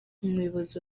umuyobozi